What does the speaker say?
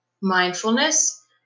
mindfulness